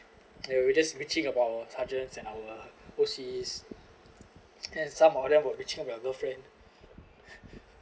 ya we just bitching about our sergeants and our O_Cs and some of them were bitching about girlfriend